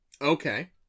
Okay